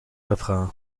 refrain